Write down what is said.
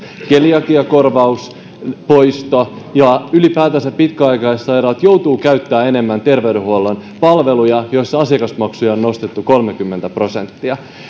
keliakiakorvauspoisto ja ylipäätänsä pitkäaikaissairaat joutuvat käyttämään enemmän terveydenhuollon palveluja joissa asiakasmaksuja on nostettu kolmekymmentä prosenttia